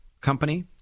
company